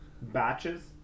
Batches